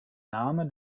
name